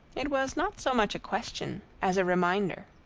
it was not so much a question as a reminder.